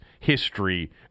history